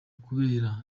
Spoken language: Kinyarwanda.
kubera